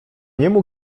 niemu